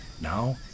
Now